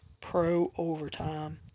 Pro-overtime